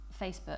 Facebook